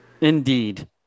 Indeed